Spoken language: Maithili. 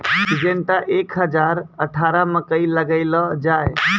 सिजेनटा एक हजार अठारह मकई लगैलो जाय?